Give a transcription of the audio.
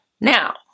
Now